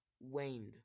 waned